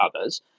others